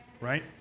Right